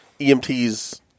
EMTs